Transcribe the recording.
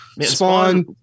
Spawn